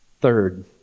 Third